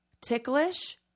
ticklish